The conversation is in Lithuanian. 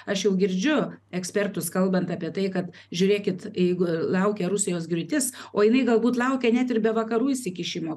aš jau girdžiu ekspertus kalbant apie tai kad žiūrėkit jeigu laukia rusijos griūtis o jinai galbūt laukia net ir be vakarų įsikišimo